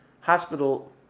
Hospital